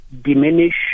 diminish